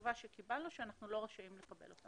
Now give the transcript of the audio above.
והתשובה שקיבלנו שאנחנו לא רשאים לקבל אותם.